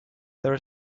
there